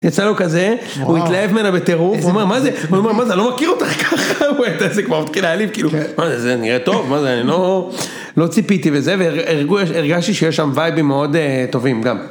יצא לו כזה, הוא התלהב ממנה בטירוף, הוא אומר, מה זה, מה זה, לא מכיר אותך ככה, זה כבר התחיל להעליב כאילו, מה זה, זה נראה טוב, מה זה, אני לא ציפיתי וזה, והרגשתי שיש שם וייבים מאוד טובים גם.